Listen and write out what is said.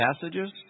Passages